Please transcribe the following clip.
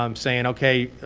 um saying, ok,